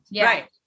Right